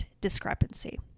discrepancy